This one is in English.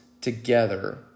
together